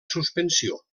suspensió